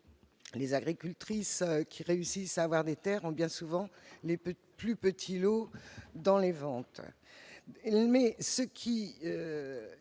Les agricultrices qui réussissent à avoir des terres obtiennent bien souvent les plus petits lots lors des ventes. Il est